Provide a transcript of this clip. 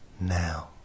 now